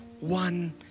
one